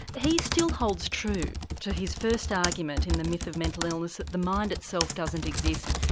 he still holds true to his first argument in the myth of mental illness that the mind itself doesn't exist,